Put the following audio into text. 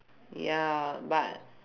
ya but